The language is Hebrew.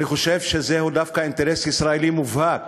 אני חושב שזהו דווקא אינטרס ישראל מובהק